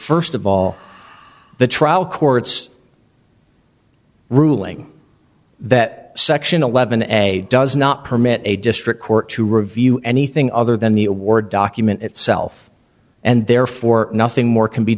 first of all the trial courts ruling that section eleven a does not permit a district court to review anything other than the award document itself and therefore nothing more can be